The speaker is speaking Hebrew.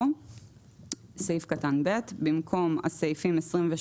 או (ב) במקום "הסעיפים 23,